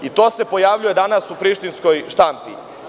I to se pojavljuje danas u prištinskoj štampi.